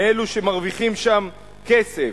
מאלו שמרוויחים שם כסף.